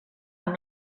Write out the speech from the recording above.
amb